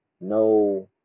no